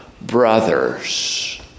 brothers